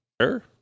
Sure